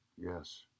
Yes